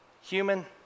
Human